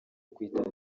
kwita